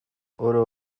oro